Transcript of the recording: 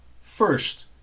First